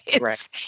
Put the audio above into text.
Right